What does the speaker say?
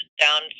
down